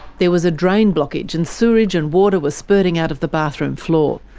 there was a drain blockage, and sewage and water were spurting out of the bathroom floor.